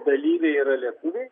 dalyviai yra lietuviai